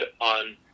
on